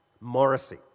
Morrissey